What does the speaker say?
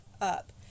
up